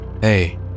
Hey